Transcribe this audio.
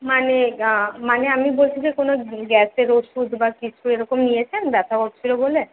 মানে গা মানে আমি বলছি যে কোনো গ্যাসের ওষুধ বা কিছু এরকম নিয়েছেন ব্যথা হচ্ছিলো বলে